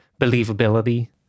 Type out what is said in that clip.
believability